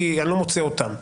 כי אני לא מוצא אותם.